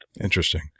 interesting